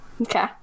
Okay